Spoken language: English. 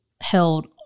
held